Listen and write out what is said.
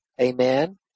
Amen